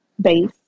base